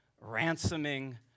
ransoming